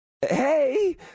hey